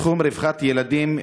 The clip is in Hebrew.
בתחום רווחת ילדים,